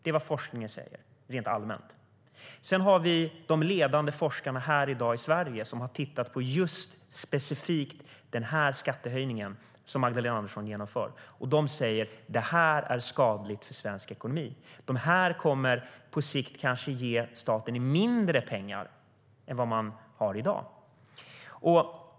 Det är vad forskningen säger rent allmänt. Sedan har vi de ledande forskarna i Sverige i dag som har tittat på just specifikt den här skattehöjningen som Magdalena Andersson genomför, och de säger att detta är skadligt för svensk ekonomi och på sikt kanske kommer att ge staten mindre pengar än vad man har i dag.